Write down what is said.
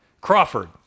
Crawford